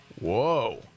Whoa